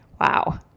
wow